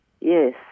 yes